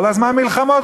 כל הזמן מלחמות.